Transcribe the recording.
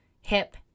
hip